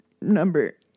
number